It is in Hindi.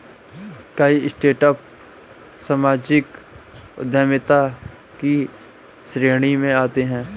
कई स्टार्टअप सामाजिक उद्यमिता की श्रेणी में आते हैं